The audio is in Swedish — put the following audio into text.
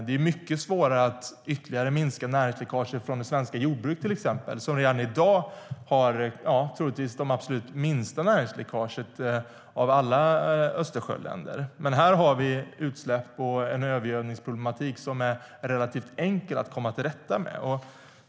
Det är mycket svårare att ytterligare minska näringsläckaget från till exempel det svenska jordbruket, som redan i dag troligtvis har det absolut minsta näringsläckaget av alla Östersjöländers jordbruk. Men här har vi en övergödningsproblematik som beror på utsläpp som är relativt enkla att komma till rätta med.